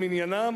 למניינם,